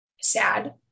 sad